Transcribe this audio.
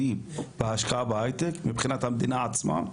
בהשקעה בהייטק מבחינת המדינה עצמה?